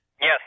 Yes